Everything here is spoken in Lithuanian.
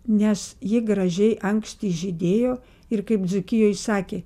nes ji gražiai anksti žydėjo ir kaip dzūkijoj sakė